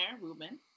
Ruben